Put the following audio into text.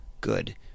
good